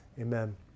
amen